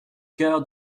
cœur